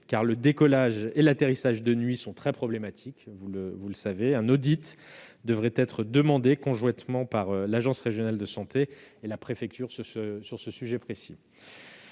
car le décollage et l'atterrissage de nuit sont très problématiques. Un audit devrait être demandé conjointement par l'agence régionale de santé et la préfecture à ce sujet.